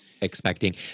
expecting